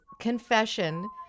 confession